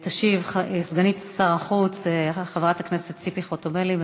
תשיב סגנית שר החוץ חברת הכנסת ציפי חוטובלי.